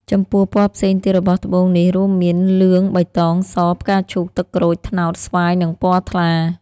ចំពោះពណ៌ផ្សេងទៀតរបស់ត្បូងនេះរួមមាន លឿង បៃតង ស ផ្កាឈូក ទឹកក្រូច ត្នោត ស្វាយនិងពណ៌ថ្លា។